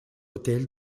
autel